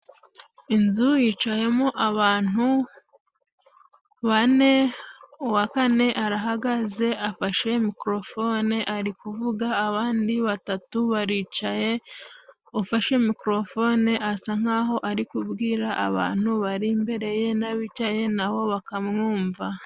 Inzu yicayemo abantu bane, uwa kane arahagaze afashe mikorofone ari kuvuga, abandi batatu baricaye, ufashe mikrofone asa nk'aho ari kubwira abantu bari imbere ye, n'abicaye na bo bakamwumva.